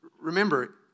Remember